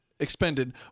expended